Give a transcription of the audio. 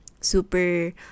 super